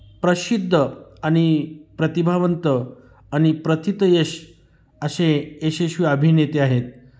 प्रसिद्ध आणि प्रतिभावंत आणि प्रथितयश असे यशस्वी अभिनेते आहेत